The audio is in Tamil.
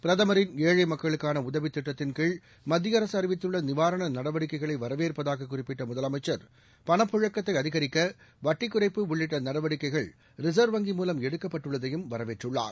பிரதமரின் ஏழை மக்களுக்கான உதவித் திட்டத்தின்கீழ் மத்திய அரசு அறிவித்துள்ள நிவாரண நடவடிக்கைகளை வரவேற்பதாக குறிப்பிட்ட முதலமைச்சர் பணப்புழக்கத்தை அதிகரிக்க வட்டிக் குறைப்பு உள்ளிட்ட நடவடிக்கைகள் ரிசர்வ் வங்கி மூலம் எடுக்கப்பட்டுள்ளதையும் வரவேற்றுள்ளார்